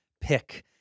pick